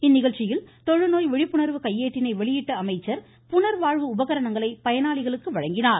இந்நிகழ்ச்சியில் தொழுநோய் விழிப்புணர்வு கையேட்டினை வெளியிட்ட அமைச்சர் புனர்வாழ்வு உபகரணங்களை பயனாளிகளுக்கு வழங்கினார்